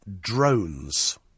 Drones